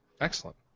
Excellent